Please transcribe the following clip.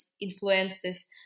influences